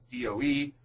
DOE